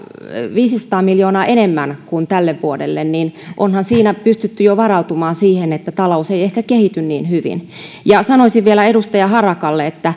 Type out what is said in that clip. viisisataa miljoonaa enemmän kuin tälle vuodelle niin onhan siinä pystytty jo varautumaan siihen että talous ei ehkä kehity niin hyvin ja sanoisin vielä edustaja harakalle